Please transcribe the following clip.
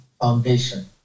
foundation